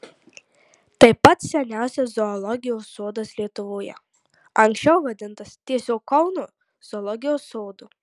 tai pats seniausias zoologijos sodas lietuvoje anksčiau vadintas tiesiog kauno zoologijos sodu